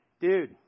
dude